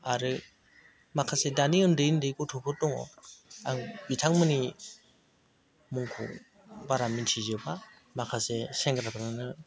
आरो माखासे दानि उन्दै उन्दै गथ'फोर दङ आं बिथांमोननि मुंखौ बारा मिथिजोबा माखासे सेंग्राफ्रानो